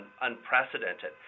unprecedented